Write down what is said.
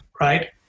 right